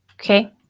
Okay